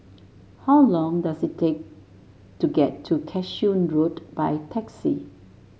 how long does it take to get to Cashew Road by taxi